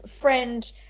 friend